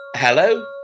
Hello